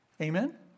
Amen